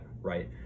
right